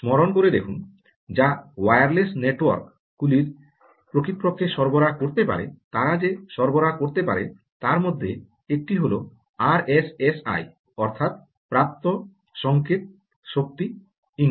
স্মরণ করে দেখুন যা ওয়্যারলেস নেটওয়ার্ক গুলি প্রকৃতপক্ষে সরবরাহ করতে পারে তারা যে সরবরাহ করতে পারে তার মধ্যে একটি হল আরএসআইয়ের অর্থাৎ প্রাপ্ত সংকেত শক্তি ইঙ্গিত